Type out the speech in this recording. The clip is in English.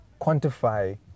quantify